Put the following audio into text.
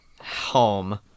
home